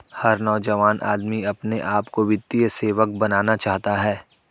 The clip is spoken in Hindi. हर नौजवान आदमी अपने आप को वित्तीय सेवक बनाना चाहता है